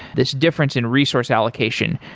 this difference in resource allocation,